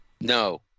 No